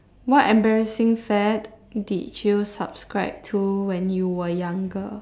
what embarrassing fad did you subscribe to when you were younger